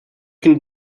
can